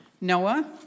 Noah